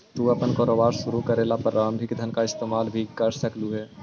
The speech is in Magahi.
तू अपन कारोबार शुरू करे ला प्रारंभिक धन का इस्तेमाल भी कर सकलू हे